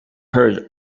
heard